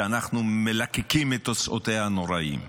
שאנחנו מלקקים את תוצאותיה הנוראיות.